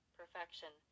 perfection